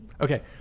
Okay